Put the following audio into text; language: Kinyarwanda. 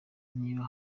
niba